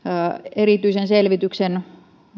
erityisen selvityksen